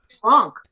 drunk